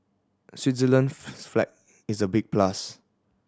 Switzerland flag is a big plus